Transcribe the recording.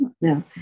no